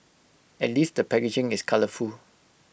at least the packaging is colourful